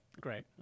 great